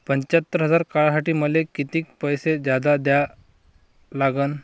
पंच्यात्तर हजार काढासाठी मले कितीक पैसे जादा द्या लागन?